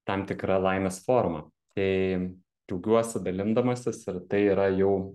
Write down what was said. tam tikra laimės forma tai džiaugiuosi dalindamasis ir tai yra jau